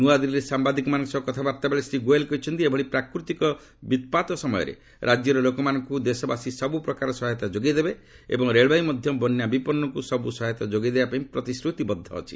ନୂଆଦିଲ୍ଲୀରେ ସାମ୍ଭାଦିକମାନଙ୍କ ସହ କଥାବାର୍ତ୍ତାରେ ବେଳେ ଶ୍ରୀ ଗୋଏଲ୍ କହିଛନ୍ତି ଏଭଳି ପ୍ରାକୃତିକ ବିତ୍ପାତ ସମୟରେ ରାଜ୍ୟର ଲୋକମାନଙ୍କୁ ଦେଶବାସୀ ସବୁ ପ୍ରକାର ସହାୟତା ଯୋଗାଇ ଦେବେ ଏବଂ ରେଳବାଇ ମଧ୍ୟ ବନ୍ୟା ବିପନ୍ନଙ୍କୁ ସବୁ ସହାୟତା ଯୋଗାଇବା ପାଇଁ ପ୍ରତିଶ୍ରତି ଅଛି